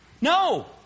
No